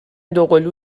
دوقلو